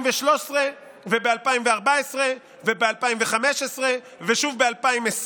ב-2013 וב-2014 וב-2015 ושוב ב-2020,